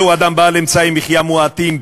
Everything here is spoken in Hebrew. זהו אדם בעלי אמצעי מחיה מועטים,